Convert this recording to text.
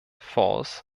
falls